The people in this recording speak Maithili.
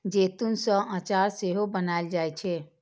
जैतून सं अचार सेहो बनाएल जाइ छै